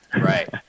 right